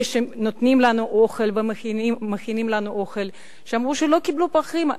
אלה שנותנים לנו אוכל ומכינים לנו אוכל אמרו שלא קיבלו פרחים,